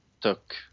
took